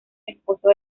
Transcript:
esposo